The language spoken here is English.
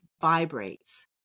vibrates